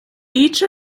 each